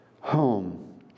home